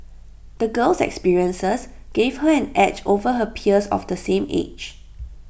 the girl's experiences gave her an edge over her peers of the same age